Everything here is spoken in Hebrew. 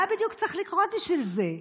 מה בדיוק צריך לקרות בשביל זה?